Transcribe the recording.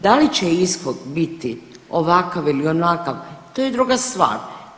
Da li će ishod biti ovakav ili onakav, to je druga stvar.